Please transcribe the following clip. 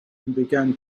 began